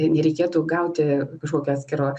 nereikėtų gauti kažkokio atskiro